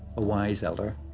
a wise elder.